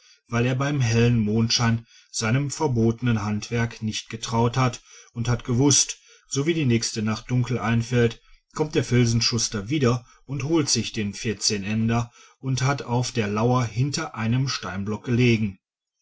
weil er beim hellen mondschein seinem verbotenen handwerk nicht getraut hat und hat gewußt so wie die nächste nacht dunkel einfällt kommt der filzenschuster wieder und holt sich den vierzehnender und hat auf der lauer hinter einem steinblock gelegen